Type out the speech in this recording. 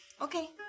Okay